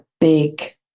big